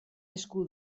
esku